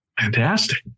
fantastic